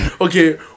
okay